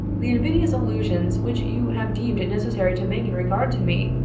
the invidious allusions which you have deemed it necessary to make in regard to me,